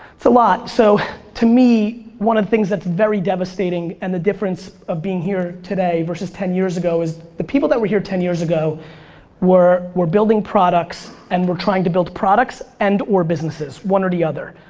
so lot, so to me one of the things that's very devastating and the difference of being here today versus ten years ago is the people that were here ten years ago were were building products and were trying to build products and, or businesses, one or the other.